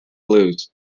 lose